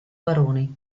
baroni